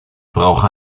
brauche